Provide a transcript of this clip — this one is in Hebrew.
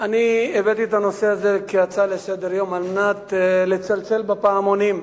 אני הבאתי את הנושא הזה כהצעה לסדר-היום על מנת לצלצל בפעמונים.